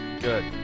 Good